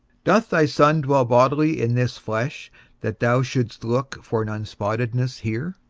doth thy son dwell bodily in this flesh that thou shouldst look for an unspottedness here?